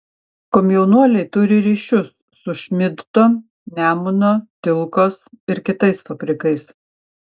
komjaunuoliai turi ryšius su šmidto nemuno tilkos ir kitais fabrikais